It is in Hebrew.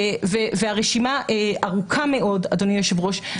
הרשימה ארוכה מאוד, אדוני היושב ראש.